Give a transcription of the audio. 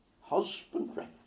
husbandry